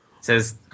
Says